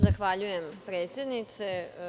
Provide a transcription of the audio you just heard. Zahvaljujem, predsednice.